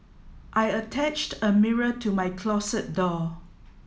I attached a mirror to my closet door